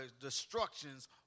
destructions